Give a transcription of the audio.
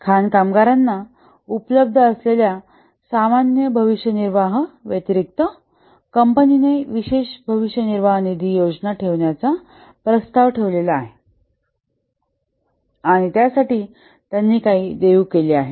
खाण कामगारांना उपलब्ध असलेल्या सामान्य भविष्य निर्वाह व्यतिरिक्त कंपनीने विशेष भविष्य निर्वाह निधी योजना ठेवण्याचा प्रस्ताव ठेवला आहे आणि त्यासाठी त्यांनी काही देऊ केले आहे